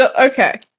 okay